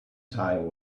time